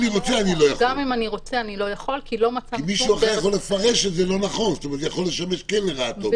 כי מישהו אחר יכול לפרש את זה לא נכון וזה יכול לשמש לרעתו.